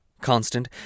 Constant